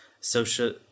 social